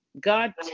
God